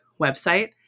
website